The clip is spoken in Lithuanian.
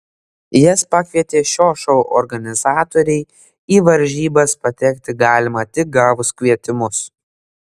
jas pakvietė šio šou organizatoriai į varžybas patekti galima tik gavus kvietimus